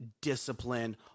discipline